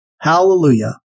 Hallelujah